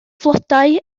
flodau